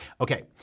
Okay